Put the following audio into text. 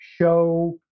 show